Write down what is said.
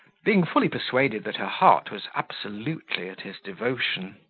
being fully persuaded that her heart was absolutely at his devotion.